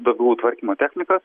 duobių tvarkymo technikas